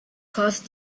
caused